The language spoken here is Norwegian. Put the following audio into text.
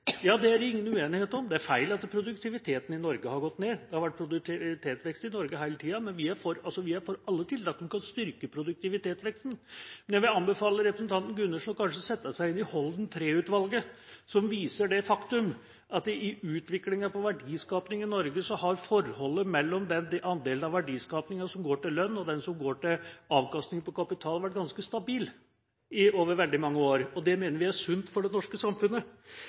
Ja, det er det ingen uenighet om. Det er feil at produktiviteten i Norge har gått ned. Det har vært produktivitetsvekst i Norge hele tida, men vi er for alle tiltak som kan styrke produktivitetsveksten. Jeg vil anbefale representanten Gundersen å sette seg inn i rapporten fra Holden III-utvalget, som viser det faktum at i utviklinga av verdiskapinga i Norge har forholdet mellom andelen av verdiskapinga som går til lønn, og den som går til avkastning på kapital, vært ganske stabil over veldig mange år. Det mener vi er sunt for det norske samfunnet.